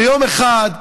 ויום אחד,